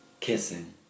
kissing